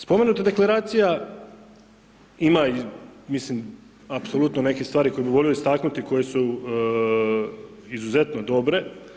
Spomenuta Deklaracija ima mislim apsolutno neke stvari koje bi volio istaknuti koje su izuzetno dobre.